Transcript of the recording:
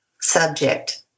subject